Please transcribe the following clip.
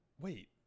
wait